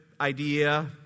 idea